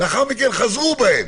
לאחר מכן חזרו בהם.